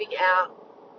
out